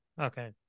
Okay